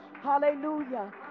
Hallelujah